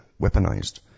weaponized